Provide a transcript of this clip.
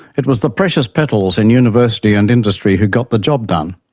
it was the precious petals in university and industry who got the job done,